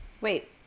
Wait